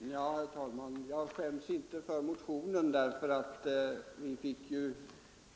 Herr talman! Jag skäms inte för min motion; vi fick ju